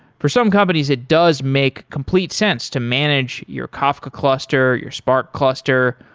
for some companies that does make complete sense to manage your kafka cluster, your spark cluster,